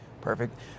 Perfect